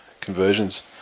conversions